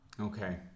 Okay